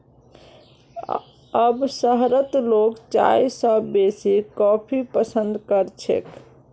अब शहरत लोग चाय स बेसी कॉफी पसंद कर छेक